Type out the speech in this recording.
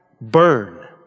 burn